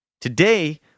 Today